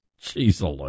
Jesus